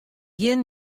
gjin